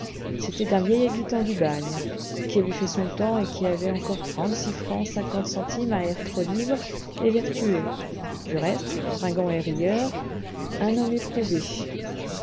c'était un vieil habitant du bagne qui avait fait son temps et qui avait encore trente-six francs cinquante centimes à être libre et vertueux du reste fringant et rieur un homme éprouvé